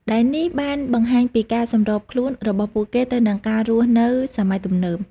ដែលនេះបានបង្ហាញពីការសម្របខ្លួនរបស់ពួកគេទៅនឹងការរស់នៅសម័យទំនើប។